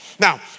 Now